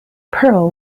pearl